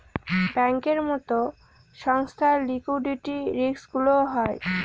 ব্যাঙ্কের মতো সংস্থার লিকুইডিটি রিস্কগুলোও হয়